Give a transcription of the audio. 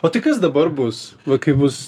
o tai kas dabar bus va kai bus